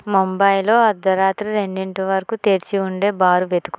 ముంబైలో అర్ధరాత్రి రెండింటి వరకు తెరిచి ఉండే బార్ వెతుకు